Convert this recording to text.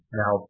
now